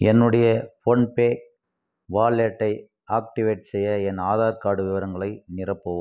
என்னுடைய ஃபோன்பே வாலெட்டை ஆக்டிவேட் செய்ய என் ஆதார் கார்டு விவரங்களை நிரப்பவும்